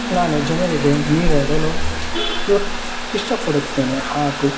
ನಾನು ಜನರಿಗೆ ನೀರಾಡಲು ಇಷ್ಟಪಡುತ್ತೇನೆ ಹಾಗು